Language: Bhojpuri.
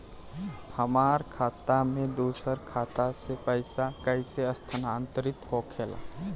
हमार खाता में दूसर खाता से पइसा कइसे स्थानांतरित होखे ला?